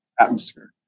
atmosphere